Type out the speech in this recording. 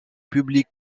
public